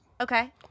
Okay